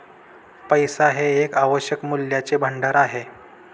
पैसा हे एक आवश्यक मूल्याचे भांडार आहे